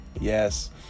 yes